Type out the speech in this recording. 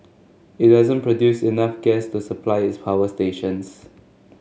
it doesn't produce enough gas to supply its power stations